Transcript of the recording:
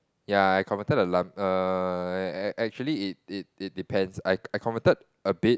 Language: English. ya I converted a lump err actually it it it depends I I converted a bit